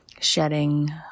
shedding